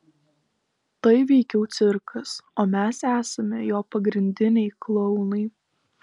tai veikiau cirkas o mes esame jo pagrindiniai klounai